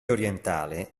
orientale